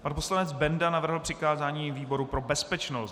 Pan poslanec Benda navrhl přikázání výboru pro bezpečnost.